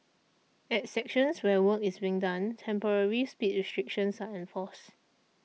at sections where work is being done temporary speed restrictions are enforced